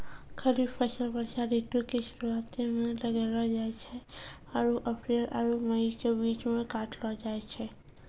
खरीफ फसल वर्षा ऋतु के शुरुआते मे लगैलो जाय छै आरु अप्रैल आरु मई के बीच मे काटलो जाय छै